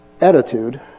Attitude